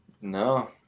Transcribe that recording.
No